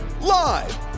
Live